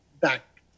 back